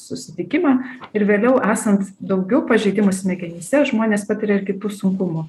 susitikimą ir vėliau esant daugiau pažeidimų smegenyse žmonės patiria ir kitų sunkiumų